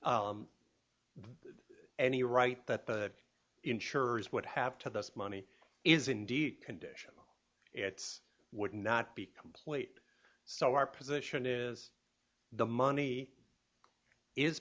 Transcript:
here any right that the insurers would have to this money is indeed condition it's would not be complete so our position is the money is